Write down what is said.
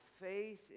faith